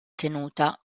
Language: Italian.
tenuta